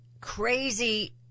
crazy